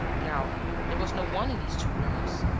now there was no one in these two rooms.